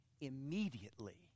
immediately